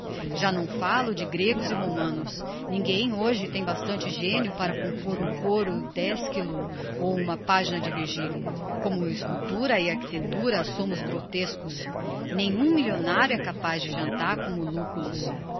já não fallo de gregos e romanos ninguem hoje tem bastante genio para compôr um côro d'éschylo ou uma pagina de virgilio como escultura e architectura somos grotescos nenhum millionario é capaz de jantar como lucullus